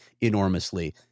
enormously